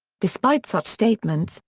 despite such statements,